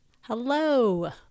Hello